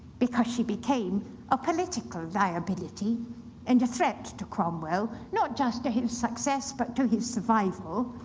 because she became a political liability and a threat to cromwell, not just to his success but to his survival.